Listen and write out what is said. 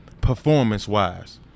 performance-wise